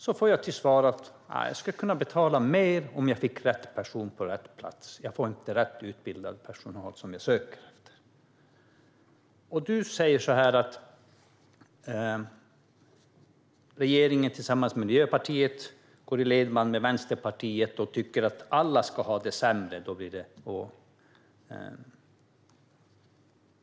Då får jag till svar: Nej, jag skulle kunna betala mer om jag fick rätt person på rätt plats. Jag får inte rätt personal med den utbildning som jag söker. Du säger att regeringen tillsammans med Miljöpartiet går i Vänsterpartiets ledband och tycker att alla ska få det sämre.